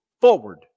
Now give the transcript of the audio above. forward